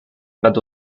but